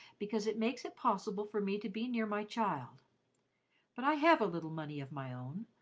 because it makes it possible for me to be near my child but i have a little money of my own,